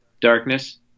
darkness